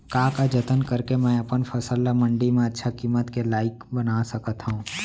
का का जतन करके मैं अपन फसल ला मण्डी मा अच्छा किम्मत के लाइक बना सकत हव?